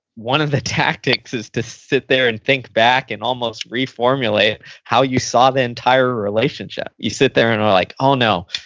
one of the tactics is to sit there and think back and almost reformulate how you saw the entire relationship. you sit there and are like, oh no.